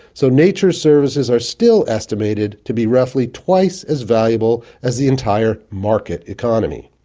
so nature's services are still estimated to be roughly twice as valuable as the entire market economy.